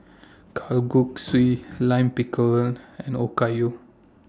Kalguksu Lime Pickle and Okayu